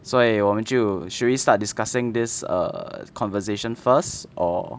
所以我们就 should we start discussing this err conversation first or